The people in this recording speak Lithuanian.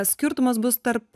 skirtumas bus tarp